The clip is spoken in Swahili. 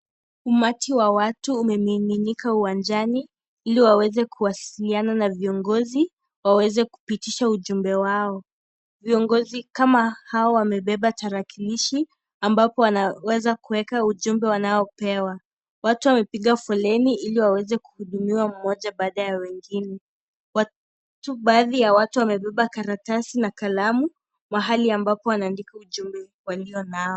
Umati wa watu umemiminika uwanjani iliwaweze kuwasiliana na viongozi waweze kupitisha ujumbe wao viongozi kama hawa wamebeba tarakilishi ambapo wanaweza kuweka ujumbe wanaopewa watu wamepiga foleni iliwaweze kuhudumiwa mmoja baada ya wengine baadhi ya watu wamebeba karatasi na kalamu mahali ambapo wanaandika ujumbe walionao.